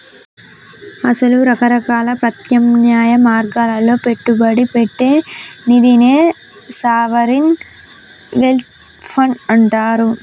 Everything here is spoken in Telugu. అసల రకరకాల ప్రత్యామ్నాయ మార్గాల్లో పెట్టుబడి పెట్టే నిదినే సావరిన్ వెల్త్ ఫండ్ అంటారు